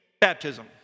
baptism